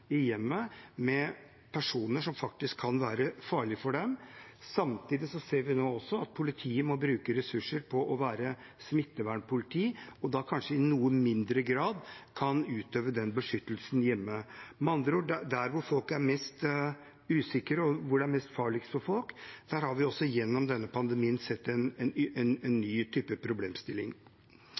i hjemmet med personer som faktisk kan være farlig for dem. Samtidig ser vi nå også at politiet må bruke ressurser på å være smittevernpoliti og da kanskje i noe mindre grad kan utøve den beskyttelsen noen trenger hjemme – med andre ord der hvor folk er mest usikre og hvor det er mest farlig for folk, har vi gjennom denne pandemien sett en